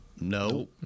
No